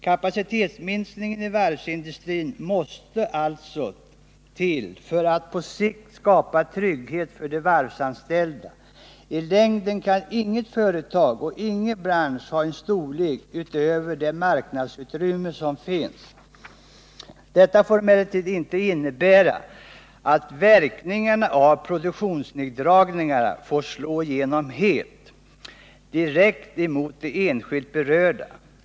Kapacitetsminskningen i varvsindustrin måste alltså till för att på sikt skapa trygghet för de varvsanställda. I längden kan inget företag och ingen bransch ha en storlek utöver det marknadsutrymme som finns. Detta får emellertid inte innebära att verkningarna av produktionsneddragningarna får slå igenom helt, direkt mot de enskilda, de berörda.